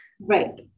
Right